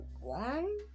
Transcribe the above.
one